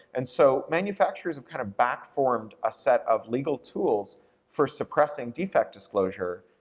and so manufacturers have kind of back-formed a set of legal tools for suppressing defect disclosure.